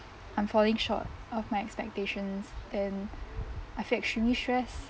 I'm falling short of my expectations and I feel like it's really stressed